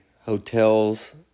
hotels